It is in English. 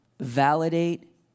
validate